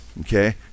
okay